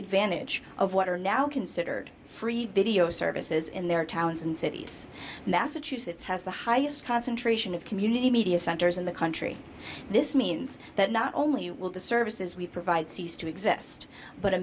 advantage of what are now considered free video services in their towns and cities massachusetts has the highest concentration of community media centers in the country this means that not only will the services we provide cease to exist but a